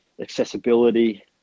accessibility